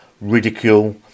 ridicule